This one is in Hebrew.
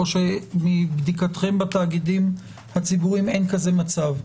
או שמבדיקתכם בתאגידים הציבוריים אין כזה מצב?